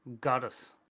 Goddess